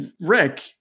rick